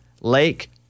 Lake